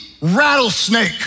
rattlesnake